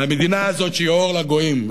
על המדינה הזאת שהיא אור לגויים,